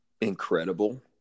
incredible